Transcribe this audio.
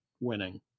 winning